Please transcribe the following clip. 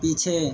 पीछे